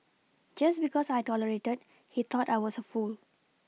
just because I tolerated he thought I was a fool